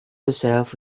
herself